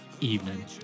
evening